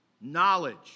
Knowledge